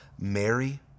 Mary